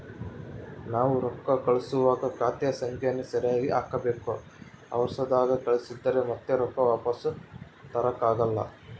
ನಾವು ರೊಕ್ಕ ಕಳುಸುವಾಗ ಖಾತೆಯ ಸಂಖ್ಯೆಯನ್ನ ಸರಿಗಿ ಹಾಕಬೇಕು, ಅವರ್ಸದಾಗ ಕಳಿಸಿದ್ರ ಮತ್ತೆ ರೊಕ್ಕ ವಾಪಸ್ಸು ತರಕಾಗಲ್ಲ